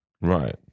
Right